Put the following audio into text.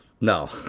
No